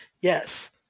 Yes